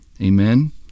amen